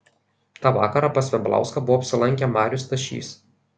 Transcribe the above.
tą vakarą pas veblauską buvo apsilankę marius stašys